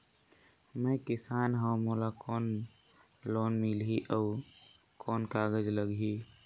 मैं किसान हव मोला कौन लोन मिलही? अउ कौन कागज लगही?